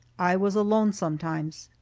i was alone sometimes.